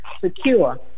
secure